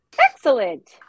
excellent